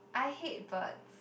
I hate birds